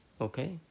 okay